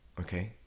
Okay